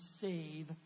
save